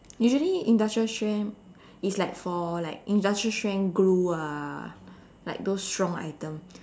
usually industrial strength is like for like industrial strength glue ah like those strong items